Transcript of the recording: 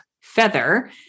Feather